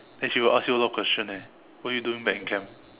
then she will ask you a lot of question eh what you doing back in camp